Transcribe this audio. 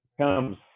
comes